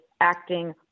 acting